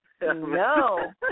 No